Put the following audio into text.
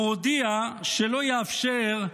והוא הודיע שלא יאפשר,